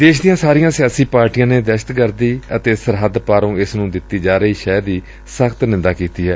ਦੇਸ਼ ਦੀਆਂ ਸਾਰੀਆਂ ਸਿਆਸੀ ਪਾਰਟੀਆਂ ਨੇ ਦਹਿਸ਼ਤਗਰਦੀ ਅਤੇ ਸਰਹੱਦ ਪਾਰੋਂ ਇਸ ਨੂੰ ਦਿੱਤੀ ਜਾ ਰਹੀ ਹਮਾਇਤ ਦੀ ਸਖ਼ਤ ਨੰਦਾ ਕੀਤੀ ਏ